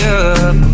up